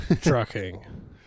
trucking